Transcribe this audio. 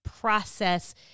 process